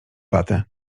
watę